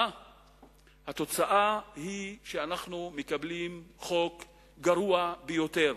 התוצאה היא שאנחנו מקבלים חוק גרוע ביותר,